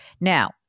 Now